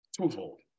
twofold